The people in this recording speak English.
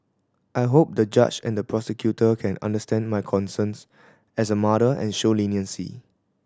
I hope the judge and the prosecutor can understand my concerns as a mother and show leniency